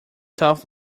tough